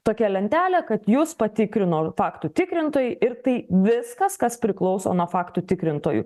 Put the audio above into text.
tokia lentelė kad jus patikrino faktų tikrintojai ir tai viskas kas priklauso nuo faktų tikrintojų